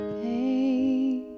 pain